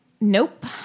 Nope